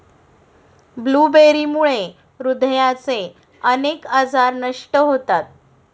ब्लूबेरीमुळे हृदयाचे अनेक आजार नष्ट होतात